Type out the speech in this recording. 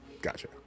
Gotcha